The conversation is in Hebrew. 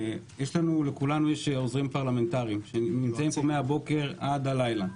לכולנו יש עוזרים פרלמנטריים שעובדים פה מהבוקר עד הלילה.